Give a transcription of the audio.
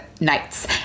nights